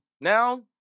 Now